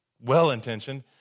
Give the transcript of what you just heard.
well-intentioned